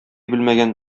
белмәгән